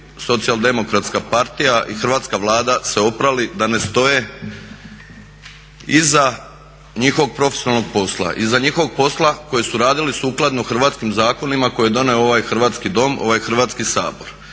političkih razloga da bi SDP i hrvatska Vlada se oprali da ne stoje iza njihovog profesionalnog posla, iza njihovog posla koji su radili sukladno hrvatskim zakonima koje je donio ovaj hrvatski Dom, ovaj Hrvatski sabor.